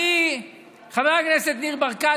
חבר הכנסת ניר ברקת,